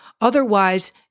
Otherwise